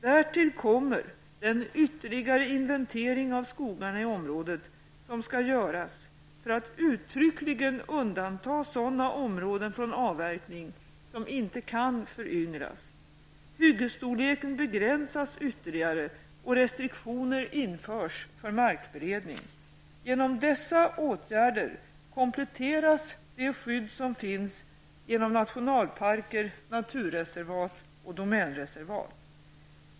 Därtill kommer den ytterligare inventering av skogarna i området som skall göras för att uttryckligen undanta sådana områden från avverkning som inte kan föryngras. Hyggesstorleken begränsas ytterligare och restriktioner införs för markberedning. Genom dessa åtgärder kompletteras det skydd som finns genom nationalparker, naturreservat och domänreservat.